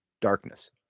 darkness